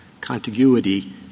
contiguity